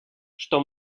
что